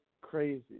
crazy